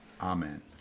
amen